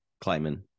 climbing